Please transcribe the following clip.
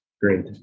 great